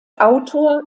autor